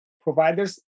providers